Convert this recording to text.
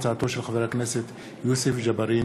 תודה.